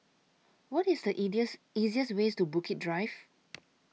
What IS The easiest Way to Bukit Drive